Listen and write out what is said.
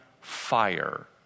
fire